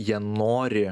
jie nori